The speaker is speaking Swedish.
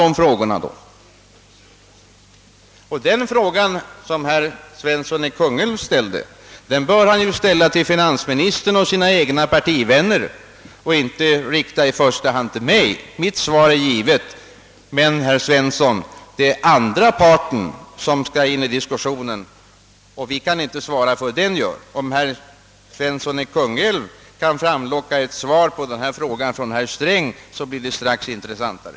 Den fråga som herr Svensson i Kungälv ställde bör han i första hand rikta till finansministern och sina egna partivänner och inte till mig. Mitt svar är givet, men vi kan inte svara för vad den andra parten gör som skall in i diskussionen. Om herr Svensson i Kungälv kan framlocka ett svar av herr Sträng på den frågan, blir det strax intressantare.